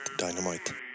Dynamite